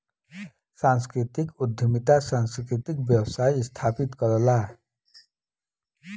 सांस्कृतिक उद्यमिता सांस्कृतिक व्यवसाय स्थापित करला